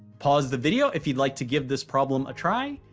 pause the video if you'd like to give this problem a try,